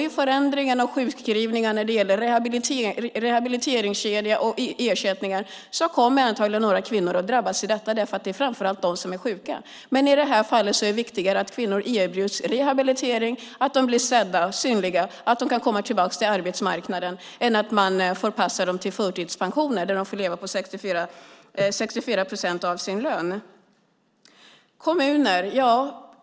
I förändringen av sjukskrivningar när det gäller rehabiliteringskedja och ersättningar kommer antagligen några kvinnor att drabbas eftersom det framför allt är de som är sjukskrivna. I det här fallet är det viktigare att kvinnor erbjuds rehabilitering, att de blir sedda och att de kan komma tillbaka till arbetsmarknaden än att man förpassar dem till förtidspension där de får leva på 64 procent av sin lön.